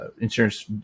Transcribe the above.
insurance